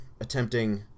Attempting